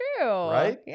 Right